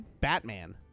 Batman